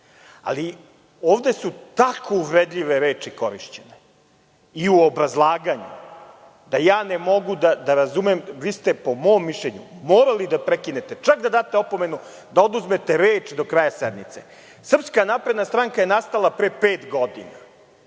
ovde su tako uvredljive reči korišćene i u obrazlaganju, da ne mogu da razumem. Po mom mišljenju, morali ste da prekinete, čak da date opomenu, da oduzmete reč do kraja sednice. Srpska napredna stranka je nastala pre pet godina.